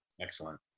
excellent